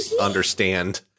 understand